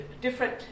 different